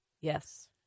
Yes